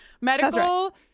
Medical